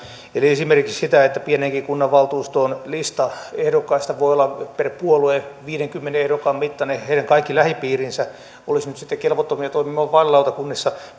eli esimerkiksi sitä että pieneenkin kunnanvaltuustoon lista ehdokkaista voi olla per puolue viiteenkymmeneen ehdokkaan mittainen heidän kaikki lähipiirinsä olisivat nyt sitten kelvottomia toimimaan vaalilautakunnissa